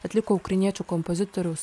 atliko ukrainiečių kompozitoriaus